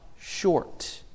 short